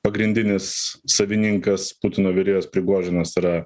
pagrindinis savininkas putino virėjas prigožinas yra